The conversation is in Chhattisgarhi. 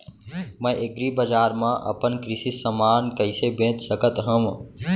मैं एग्रीबजार मा अपन कृषि समान कइसे बेच सकत हव?